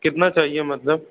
कितना चाहिए मतलब